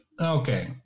Okay